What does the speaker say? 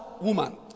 Woman